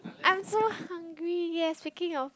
I'm so hungry yes speaking of